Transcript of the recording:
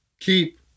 keep